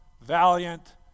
valiant